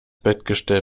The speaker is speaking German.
bettgestell